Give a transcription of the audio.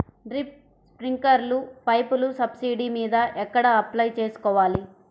Drip, స్ప్రింకర్లు పైపులు subsidy మీద ఎక్కడ అప్లై చేసుకోవాలి?